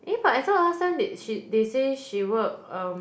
eh but I thought last time they she they say she work um